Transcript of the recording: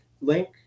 link